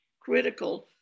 critical